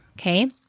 okay